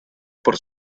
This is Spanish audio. por